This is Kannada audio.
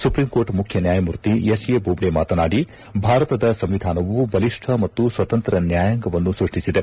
ಸುಪ್ರೀಂ ಕೋರ್ಟ್ ಮುಖ್ಯ ನ್ಯಾಯಮೂರ್ತಿ ಎಸ್ ಎ ಬೋಬ್ಡೆ ಮಾತನಾಡಿ ಭಾರತದ ಸಂವಿಧಾನವು ಬಲಿಷ್ಲ ಮತ್ತು ಸ್ವತಂತ್ರ ನ್ಯಾಯಾಂಗವನ್ನು ಸೃಷ್ಷಿಸಿದೆ